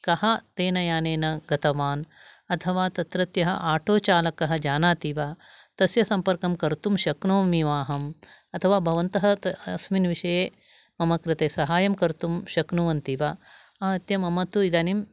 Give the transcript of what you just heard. कः तेन यानेन गतवान् अथवा तत्रत्यः आटोचालकः जानाति वा तस्य सम्पर्कं कर्तुं शक्नोमि वा अहम् अथवा ब भवन्तः अस्मिन् विषये मम कृते सहायं कर्तुं शक्नुवन्ति वा आहत्य मम तु इदानीं